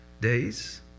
days